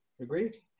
agree